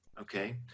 okay